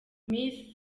misi